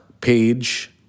page